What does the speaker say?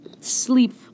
sleep